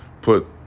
put